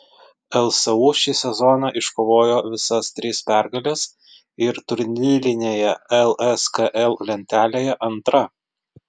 lsu šį sezoną iškovojo visas tris pergales ir turnyrinėje lskl lentelėje antra